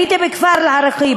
הייתי בכפר אל-עראקיב,